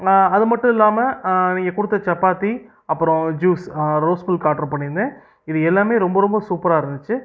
நான் அது மட்டும் இல்லாமல் நீங்கள் கொடுத்த சப்பாத்தி அப்புறோம் ஜூஸ் ரோஸ் மில்க் ஆட்ரு பண்ணிருந்தேன் இது எல்லாமே ரொம்ப ரொம்ப சூப்பராக இருந்துச்சு